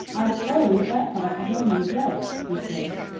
i s'pose that part was only a joke, he said.